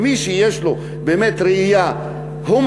ממי שיש לו ראייה הומנית,